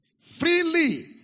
freely